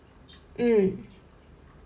mm